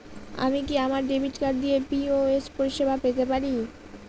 আমি কি আমার ডেবিট কার্ড দিয়ে পি.ও.এস পরিষেবা পেতে পারি?